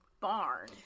barn